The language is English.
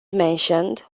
mentioned